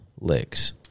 licks